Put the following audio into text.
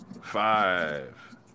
five